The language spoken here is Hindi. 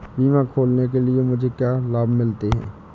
बीमा खोलने के लिए मुझे क्या लाभ मिलते हैं?